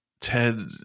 Ted